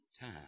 time